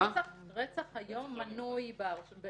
רצח היום נמנה על זה.